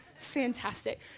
Fantastic